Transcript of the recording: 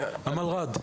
המלר"ד.